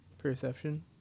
Perception